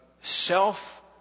self